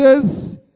says